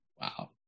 Wow